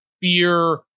fear